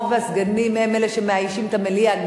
הסגנים הם רוב אלה שמאיישים את המליאה,